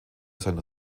sein